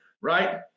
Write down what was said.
right